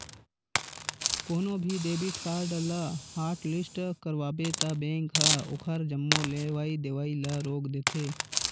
कोनो भी debit card ल हॉटलिस्ट करवाबे त बेंक ह ओखर जम्मो लेवइ देवइ ल रोक देथे